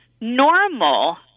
Normal